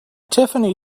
tiffany